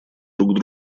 друг